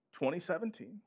2017